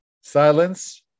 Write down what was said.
Silence